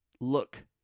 look